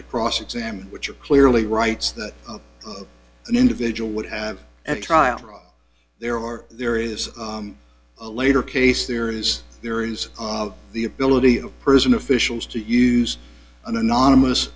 to cross examine which are clearly rights that an individual would have and a trial there are there is a later case there is there is the ability of prison officials to use an anonymous